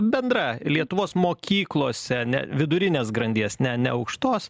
bendra lietuvos mokyklose ne vidurinės grandies ne ne aukštos